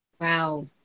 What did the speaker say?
Wow